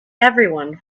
everyone